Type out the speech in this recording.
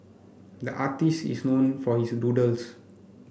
the artist is known for his doodles